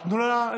אז תנו לה להשיב.